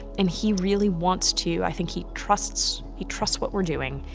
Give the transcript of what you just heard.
and he really wants to, i think he trusts he trusts what we're doing,